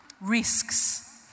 Risks